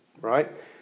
right